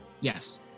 Yes